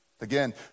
Again